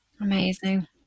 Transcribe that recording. Amazing